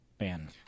man